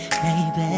Baby